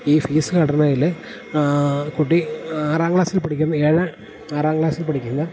ഈ ഫീസ് ഘടനയില് കുട്ടി ആറാം ക്ലാസ്സിൽ പഠിക്കുന്ന ആറാം ക്ലാസ്സിൽ പഠിക്കുന്ന